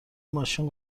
ماشین